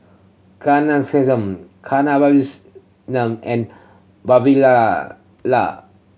Ghanshyam Kasiviswanathan and Vavilala